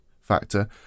factor